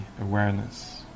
awareness